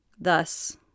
Thus